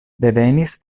devenis